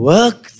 Work